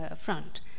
front